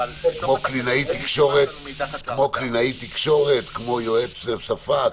זה כמו קלינאי תקשורת, כמו יועץ שפה.